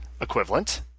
equivalent